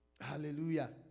Hallelujah